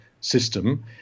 system